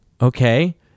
okay